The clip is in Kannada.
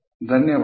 ಧನ್ಯವಾದ